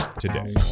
today